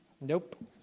Nope